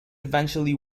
eventually